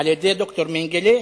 על-ידי ד"ר מנגלה.